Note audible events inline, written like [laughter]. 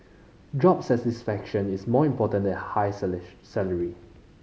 job satisfaction is more important than high [unintelligible] salary